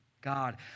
God